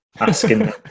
asking